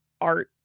art